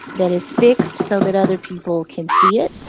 that is fixed so that other people can see it,